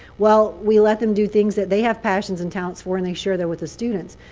well we let them do things that they have passions and talents for. and they share that with the students.